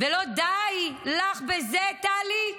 ולא די לך בזה, טלי?